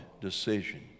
decision